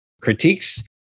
critiques